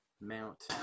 Mount